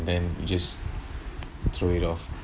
then you just throw it off